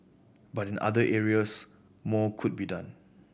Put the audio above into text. but in other areas more could be done